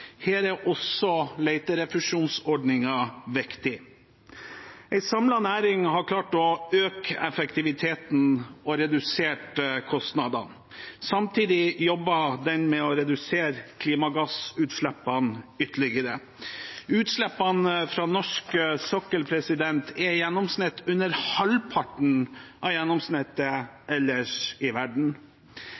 Her er også leterefusjonsordningen viktig. En samlet næring har klart å øke effektiviteten og redusere kostnadene. Samtidig jobber næringen med å redusere klimagassutslippene ytterligere. Utslippene fra norsk sokkel er i gjennomsnitt under halvparten av gjennomsnittet ellers i verden.